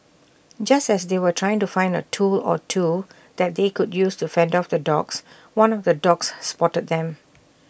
just as they were trying to find A tool or two that they could use to fend off the dogs one of the dogs spotted them